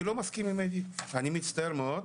אני לא מסכים עם אדי בן ליש, אני מצטער מאוד.